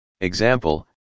Example